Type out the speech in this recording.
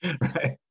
Right